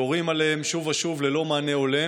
יורים עליהם שוב ושוב ללא מענה הולם,